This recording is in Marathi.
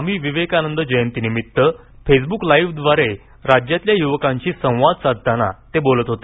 स्वामी विवेकानंद जयंतीनिमित्त फेसबुक लाइव्हद्वारे राज्यातल्या युवकांशी संवाद साधताना ते बोलत होते